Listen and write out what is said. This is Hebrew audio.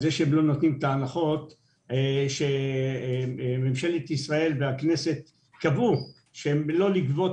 על זה שהם לא נותנים את ההנחות שממשלת ישראל והכנסת קבעו לא לגבות